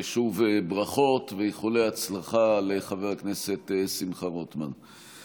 ושוב ברכות ואיחולי הצלחה לחבר הכנסת שמחה רוטמן.